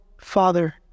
Father